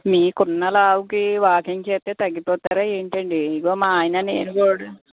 మీకు ఉన్న లావుకీ వాకింగ్ చేస్తే తగ్గిపోతారా ఏంటి అండి ఇదిగో మా ఆయన నేను కూడా